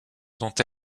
dont